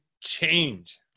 change